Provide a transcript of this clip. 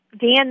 Dan